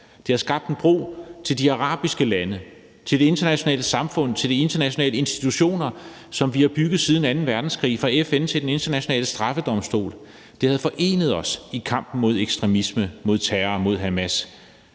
Det havde skabt en bro til de arabiske lande, til det internationale samfund, til de internationale institutioner, som vi har bygget siden anden verdenskrig fra FN til Den Internationale Straffedomstol. Det havde forenet os i kampen mod ekstremisme, mod terror, mod Hamas,